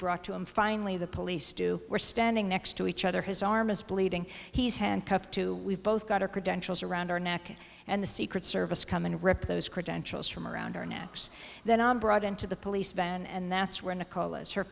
brought to him finally the police do we're standing next to each other his arm is bleeding he's handcuffed to we've both got our credentials around our neck and the secret service come and rip those credentials from around our necks then i'm brought into the police van and that's when the call is her